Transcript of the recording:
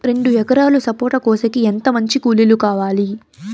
రెండు ఎకరాలు సపోట కోసేకి ఎంత మంది కూలీలు కావాలి?